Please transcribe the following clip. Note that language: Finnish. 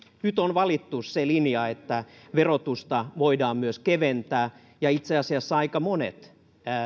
nyt on valittu se linja että verotusta voidaan myös keventää ja itse asiassa aika monet